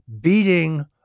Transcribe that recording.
beating